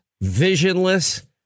visionless